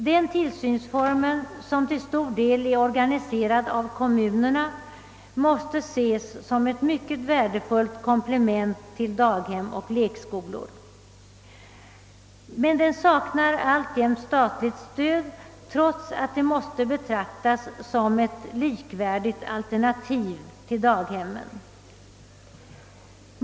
Den tillsynsformen, som till stor del är organiserad av kommunerna, måste ses som ett mycket värdefullt komplement till daghem och lekskolor. Men den saknar alltjämt statligt stöd, trots att den måste betraktas som ett likvärdigt alternativ till daghemmen.